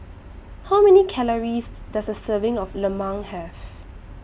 How Many Calories Does A Serving of Lemang Have